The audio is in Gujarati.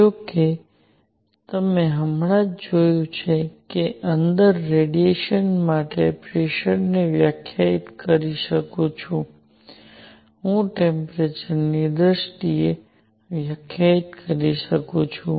જો કે તમે હમણાં જ જોયું છે કે હું અંદર રેડિયેશન માટે પ્રેસરને વ્યાખ્યાયિત કરી શકું છું હું ટેમ્પરેચરની દ્રષ્ટિએ વ્યાખ્યાયિત કરી શકું છું